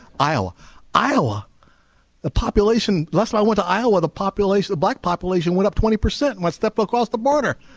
isle iowa the population less i went to iowa the population of black population went up twenty percent went step across the border